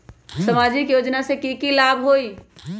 सामाजिक योजना से की की लाभ होई?